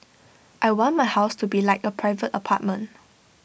I want my house to be like A private apartment